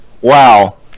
Wow